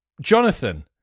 Jonathan